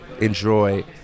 enjoy